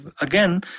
again